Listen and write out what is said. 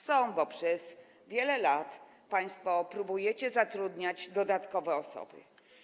Są, bo przez wiele lat państwo próbujecie zatrudniać dodatkowe osoby.